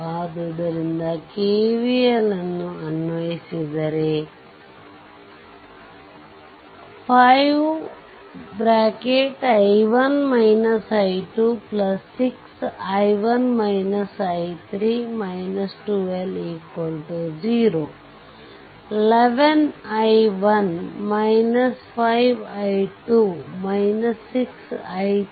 ಆದ್ದರಿಂದ ಕೆವಿಎಲ್ ಅನ್ನು ಅನ್ವಯಿಸಿದರೆ 5 6 120 11i1 5i2 6i312